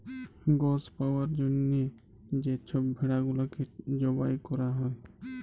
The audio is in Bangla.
গস পাউয়ার জ্যনহে যে ছব ভেড়া গুলাকে জবাই ক্যরা হ্যয়